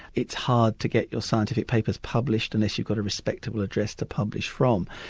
it's hard to get your scientific papers published unless you've got a respectable address to publish from.